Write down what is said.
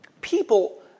people